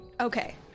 Okay